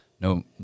No